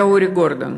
זה היה אורי גורדון,